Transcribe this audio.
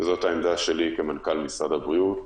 וזאת העמדה שלי כמנכ"ל משרד הבריאות,